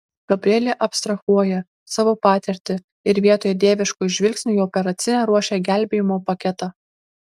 gabrielė abstrahuoja savo patirtį ir vietoje dieviško žvilgsnio į operacinę ruošia gelbėjimo paketą